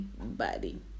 body